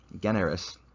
generis